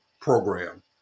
program